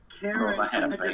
Karen